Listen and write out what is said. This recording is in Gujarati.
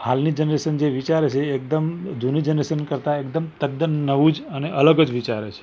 હાલની જનરેશન જે વિચારે છે એ એકદમ જૂની જનરેશન કરતા એકદમ તદ્દન નવું જ અને અલગ જ વિચારે છે